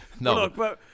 No